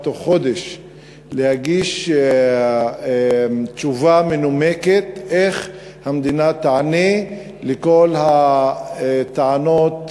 תוך חודש להגיש תשובה מנומקת כיצד היא תענה לכל הטענות